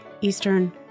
Eastern